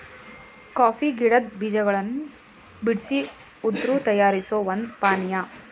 coffee ಗಿಡದ್ ಬೀಜಗಳನ್ ಬಿಡ್ಸಿ ಹುರ್ದು ತಯಾರಿಸೋ ಒಂದ್ ಪಾನಿಯಾ